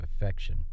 affection